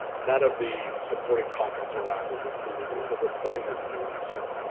none of the supporting content around is included in the recording that you do in zoom.